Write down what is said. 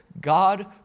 God